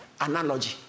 analogy